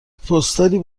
پستالی